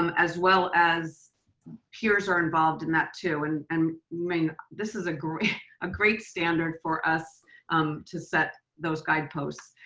um as well as peers are involved in that too. and and i mean this is a great ah great standard for us um to set those guideposts.